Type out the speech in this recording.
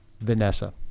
Vanessa